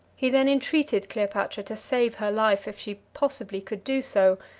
he then entreated cleopatra to save her life, if she possibly could do so,